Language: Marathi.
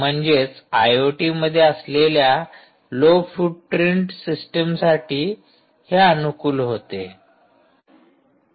म्हणजेच आयओटी मध्ये असलेल्या लो फूटप्रिंट सिस्टीम साठी हे अनुकूल होते